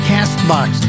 CastBox